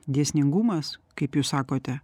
dėsningumas kaip jūs sakote